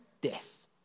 death